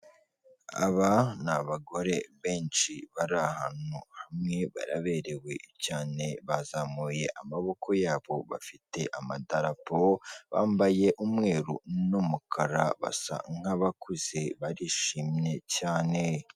Aba ni abagore benshi bari ahantu hamwe baraberewe cyane bazamuye amaboko yabo bafite amadarapo, bambaye umweru n'umukara basa nk'abakuze barishimye cyane.